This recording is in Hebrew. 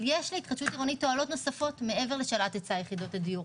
אבל יש להתחדשות עירונית תועלות נוספות מעבר לשאלת היצע יחידות הדיור,